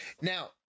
Now